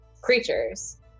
creatures